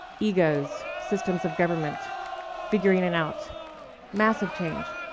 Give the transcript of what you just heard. egos, systems of government figuring it out massive change.